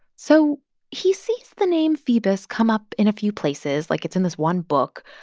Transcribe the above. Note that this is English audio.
so he sees the name phoebus come up in a few places. like, it's in this one book.